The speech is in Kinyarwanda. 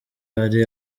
hari